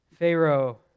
Pharaoh